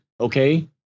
okay